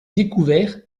découvert